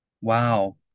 Wow